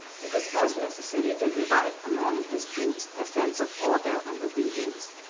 it was first necessary to revive among his troops a sense of order and obedience.